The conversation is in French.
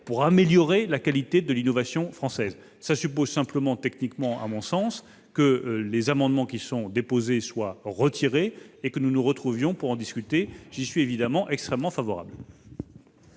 pour améliorer la qualité de l'innovation française. Cela suppose simplement- techniquement, à mon sens -que les amendements déposés soient retirés et que nous nous retrouvions pour en discuter. J'y suis évidemment extrêmement favorable.